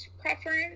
preference